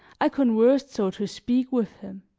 i conversed, so to speak, with him,